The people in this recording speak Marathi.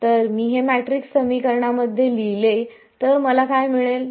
तर मी हे मॅट्रिक्स समीकरणामध्ये लिहिले तर मला काय मिळेल